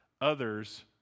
others